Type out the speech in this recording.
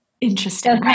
Interesting